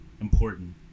important